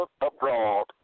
abroad